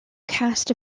cast